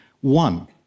one